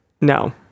No